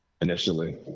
initially